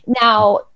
Now